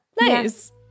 Nice